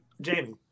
Jamie